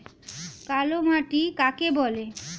কালো মাটি কাকে বলে?